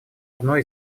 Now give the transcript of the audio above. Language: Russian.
одной